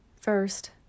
First